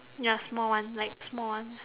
ya small one like small one